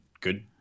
good